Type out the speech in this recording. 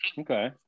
Okay